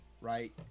right